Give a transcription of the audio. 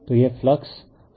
तो यह फ्लक्स ∅2 है